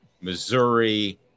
Missouri